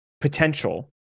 potential